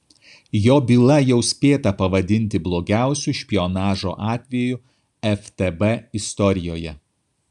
jo byla jau spėta pavadinti blogiausiu špionažo atveju ftb istorijoje